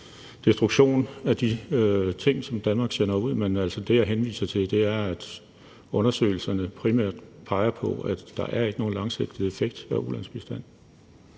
destruktion af de ting, som Danmark sender ud. Men det, jeg henviser til, er, at undersøgelserne primært peger på, at der ikke er nogen langsigtet effekt af ulandsbistand.